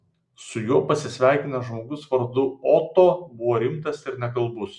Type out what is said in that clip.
su juo pasisveikinęs žmogus vardu oto buvo rimtas ir nekalbus